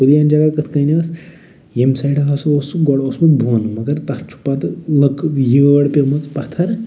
پُلین جگہ کِتھٕ کٔنۍ ٲس ییٚمہِ سایڈٕ ہَسا اوس سُہ گۄڈٕ اوس سُہ بۅن مگر تتھ چھُ پَتہٕ لٔکٕر یٲر پیٚمٕژ پَتھٕر